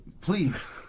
Please